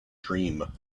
dream